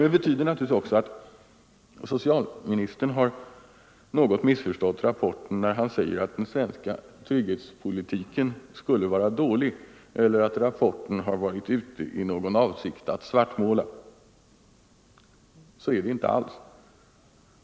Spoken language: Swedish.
Det betyder naturligtvis också att socialministern har något missförstått rapporten när han säger, att den vill påvisa att den svenska trygghetspolitiken skulle vara dålig eller att rapporten varit ute i någon avsikt att svartmåla. Så är det inte alls.